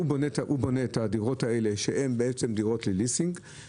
הוא בונה את הדירות האלה שהן בעצם דירות לליסינג.